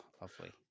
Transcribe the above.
lovely